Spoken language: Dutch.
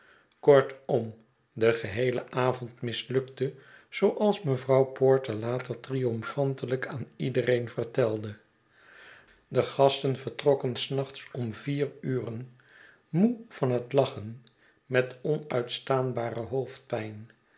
kortom de geheele avond mislukte zooals mevrouw porter later triomfantelijk aan iedereen vertelde de gasten vertrokken s nachts om vier uren mo van het lachen met onuitstaanbare hoofdpijn